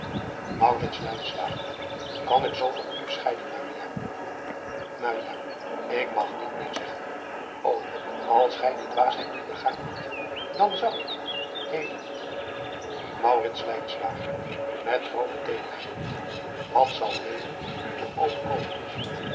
an ik zoo van u scheiden k mag niet meer zeggen o ls gij die dwaasheid niet begaan hadt dan zou ik heden et groote teederheid at zal heden u toch overkomen